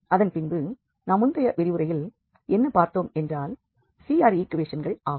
அதன் பின்பு நாம் முந்தைய விரிவுரையில் என்ன பார்த்தோம் என்றால் CR ஈக்குவேஷன்கள் ஆகும்